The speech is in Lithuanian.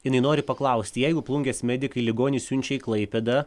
jinai nori paklausti jeigu plungės medikai ligonį siunčia į klaipėdą